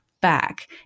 Back